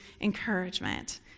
encouragement